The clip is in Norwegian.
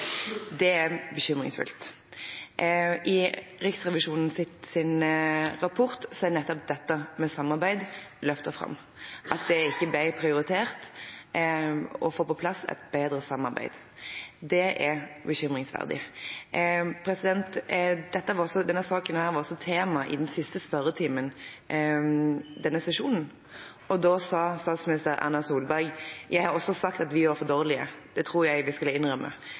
Det er bekymringsfullt. I Riksrevisjonens rapport er nettopp samarbeid løftet fram – at det ikke ble prioritert å få på plass et bedre samarbeid. Det er bekymringsfullt. Denne saken var også tema i den siste spørretimen denne sesjonen, og da sa statsminister Erna Solberg: «Jeg har også sagt at vi var for dårlige. Det tror jeg vi skal innrømme.